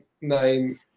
name